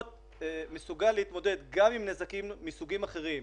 להיות מסוגל להתמודד גם עם נזקים מסוגים אחרים,